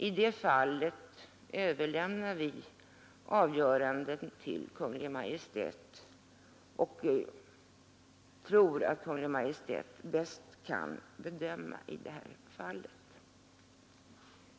I det fallet överlämnar vi avgörandet till Kungl. Maj:t.